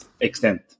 extent